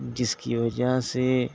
جس کی وجہ سے